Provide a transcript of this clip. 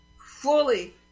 fully